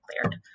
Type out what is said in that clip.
cleared